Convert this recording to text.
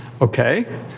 Okay